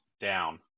down